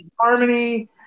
Harmony